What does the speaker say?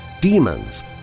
demons